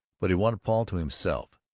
but he wanted paul to himself.